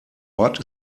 ort